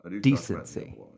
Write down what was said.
Decency